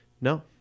No